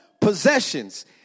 possessions